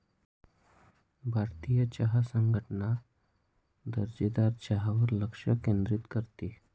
भारतीय चहा संघटना दर्जेदार चहावर लक्ष केंद्रित करते